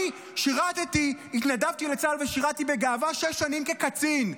אני התנדבתי לצה"ל ושירתי בגאווה שש שנים כקצין,